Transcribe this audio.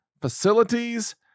facilities